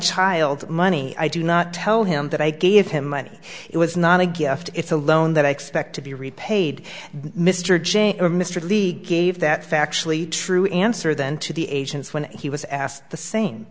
child money i do not tell him that i gave him money it was not a gift it's a loan that i expect to be repaid mr ching or mr cleek gave that factually true answer then to the agents when he was asked the same